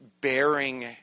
Bearing